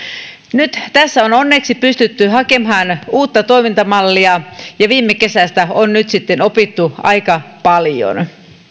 nyt tässä on onneksi pystytty hakemaan uutta toimintamallia ja viime kesästä on opittu aika paljon